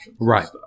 right